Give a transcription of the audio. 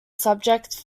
subjects